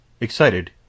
Excited